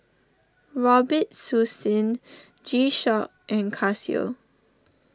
Robitussin G Shock and Casio